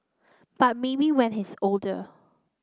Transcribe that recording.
but maybe when he's older